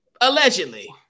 Allegedly